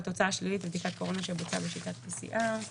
תוצאה שלילית בבדיקת קורונה שבוצעה בשיטת PCR.";"